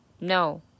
no